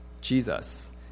Jesus